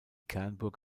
kernburg